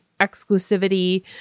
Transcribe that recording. exclusivity